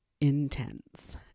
intense